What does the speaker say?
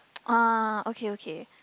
ah okay okay